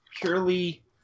purely